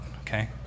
okay